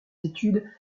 études